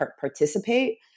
participate